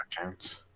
accounts